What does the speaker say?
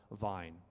vine